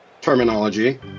terminology